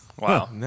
Wow